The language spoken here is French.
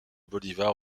bolívar